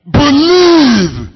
believe